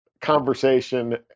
conversation